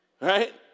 Right